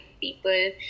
people